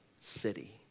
city